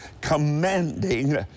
commanding